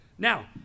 Now